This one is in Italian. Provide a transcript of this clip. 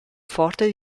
forte